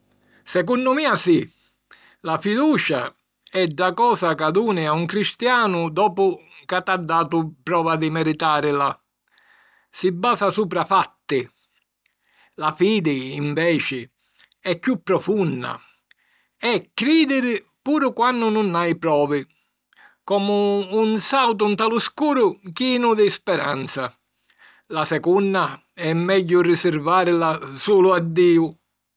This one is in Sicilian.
Secunnu mia, sì. La fiducia è dda cosa ca duni a un cristianu dopu ca t'ha datu prova di meritàrila: si basa supra fatti. La fidi, inveci, è chiù profunna: è crìdiri puru quannu nun hai provi, comu un sàutu nta lu scuru chinu di speranza. La secunna è megghiu risirvàrila sulu a Diu.